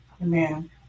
Amen